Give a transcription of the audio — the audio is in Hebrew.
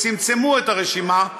צמצמו את הרשימה,